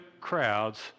crowds